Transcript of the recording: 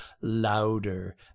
louder